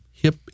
Hip